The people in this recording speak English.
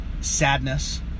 sadness